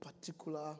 particular